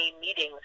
meetings